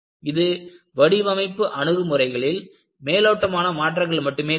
இது வடிவமைப்பு அணுகுமுறைகளில் மேலோட்டமான மாற்றங்கள் மட்டுமே கொடுக்கும்